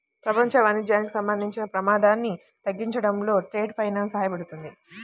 ప్రపంచ వాణిజ్యానికి సంబంధించిన ప్రమాదాన్ని తగ్గించడంలో ట్రేడ్ ఫైనాన్స్ సహాయపడుతుంది